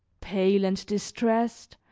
pale and distressed,